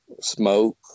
smoke